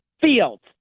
Fields